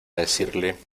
decirle